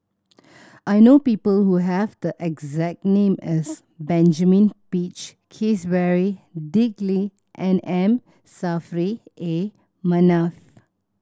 I know people who have the exact name as Benjamin Peach Keasberry Dick Lee and M Saffri A Manaf